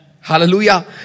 Hallelujah